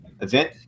event